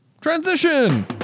transition